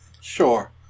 Sure